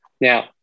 Now